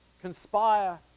conspire